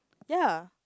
ya